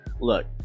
look